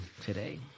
today